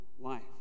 life